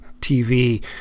tv